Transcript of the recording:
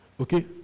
okay